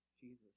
Jesus